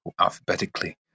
alphabetically